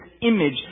image